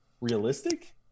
realistic